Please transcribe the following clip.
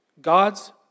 God's